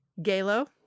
Galo